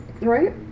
Right